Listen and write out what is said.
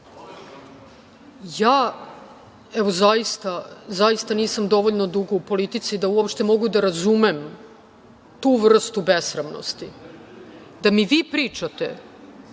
Ja, evo zaista nisam dovoljno dugo u politici da uopšte mogu da razumem tu vrstu besramnosti. Da mi vi pričate